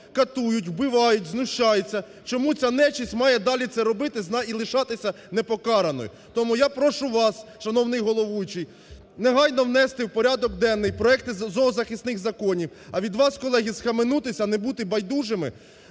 катують, вбивають, знущаються. Чому ця нечесть має далі це робити і лишатися непокараною? Тому я прошу вас, шановний головуючий, негайно внести в порядок денний проекти із зоозахисних законів, а від вас, колеги, схаменутися, не бути байдужими,